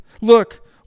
look